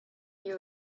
year